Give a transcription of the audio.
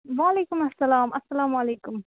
وعلیکُم اسلام اسلامُ علیکُم